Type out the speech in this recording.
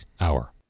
Hour